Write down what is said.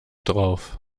drauf